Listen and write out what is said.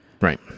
right